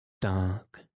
dark